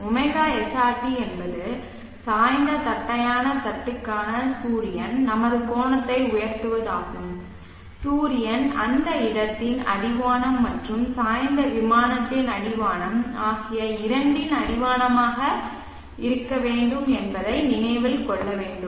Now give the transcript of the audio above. ωsrt என்பது சாய்ந்த தட்டையான தட்டுக்கான சூரியன் நமது கோணத்தை உயர்த்துவதாகும் சூரியன் அந்த இடத்தின் அடிவானம் மற்றும் சாய்ந்த விமானத்தின் அடிவானம் ஆகிய இரண்டின் அடிவானமாக இருக்க வேண்டும் என்பதை நினைவில் கொள்ள வேண்டும்